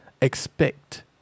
expect